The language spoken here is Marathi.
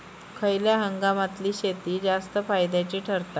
खयल्या हंगामातली शेती जास्त फायद्याची ठरता?